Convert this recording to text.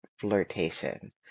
flirtation